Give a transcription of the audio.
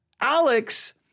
Alex